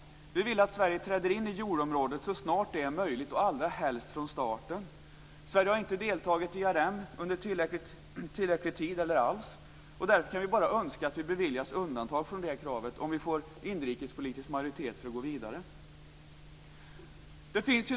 Vi vill att Sverige träder in i euroområdet så snart det är möjligt, och allra helst från starten. Sverige har inte deltagit i ERM under tillräcklig tid, eller alls, och därför kan vi bara önska att vi beviljas undantag för det kravet, om vi får inrikespolitisk majoritet för att gå vidare. Herr talman!